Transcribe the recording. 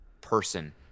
person